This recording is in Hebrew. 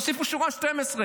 תוסיפו שורה 12,